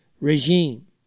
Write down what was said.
regime